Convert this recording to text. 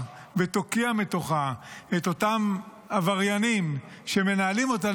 ותוקיע מתוכה את אותם עבריינים שמנהלים אותה,